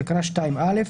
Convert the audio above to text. בתקנה 2(א)